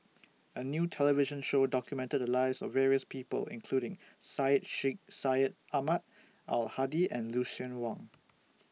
A New television Show documented The Lives of various People including Syed Sheikh Syed Ahmad Al Hadi and Lucien Wang